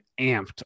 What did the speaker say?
amped